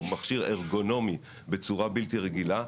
הוא מכשיר ארגונומי בצורה בלתי רגילה,